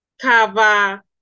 cover